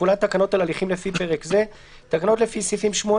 תחולת תקנות על הליכים לפי פרק זה תקנות לפי סעיפים 8,